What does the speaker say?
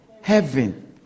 Heaven